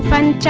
and